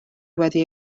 wedi